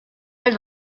elle